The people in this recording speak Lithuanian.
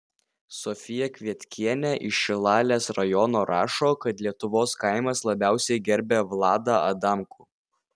sofija kvietkienė iš šilalės rajono rašo kad lietuvos kaimas labiausiai gerbia vladą adamkų